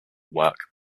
work